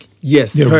Yes